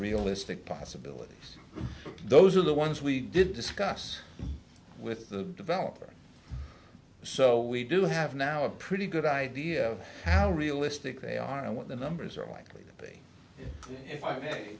realistic possibility those are the ones we did discuss with the developer so we do have now a pretty good idea of how realistic they are and what the numbers are likely to be if i may